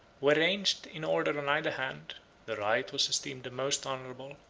were ranged in order on either hand the right was esteemed the most honorable,